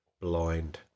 blind